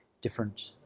different